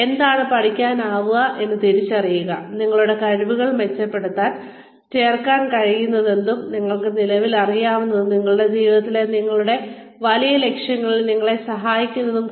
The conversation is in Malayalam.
നിങ്ങൾക്ക് എന്താണ് പഠിക്കാനാവുക എന്ന് തിരിച്ചറിയുക നിങ്ങളുടെ കഴിവുകളും മെച്ചപ്പെടുത്താൻ നിങ്ങൾക്ക് ചേർക്കാൻ കഴിയുന്നതും നിങ്ങൾക്ക് നിലവിൽ അറിയാവുന്നതും നിങ്ങളുടെ ജീവിതത്തിലെ നിങ്ങളുടെ വലിയ ലക്ഷ്യത്തിൽ നിങ്ങളെ സഹായിക്കുന്നതും